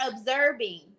observing